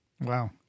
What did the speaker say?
Wow